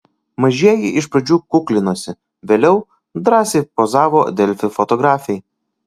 mažieji iš pradžių kuklinosi vėliau drąsiai pozavo delfi fotografei